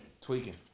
Tweaking